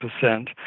percent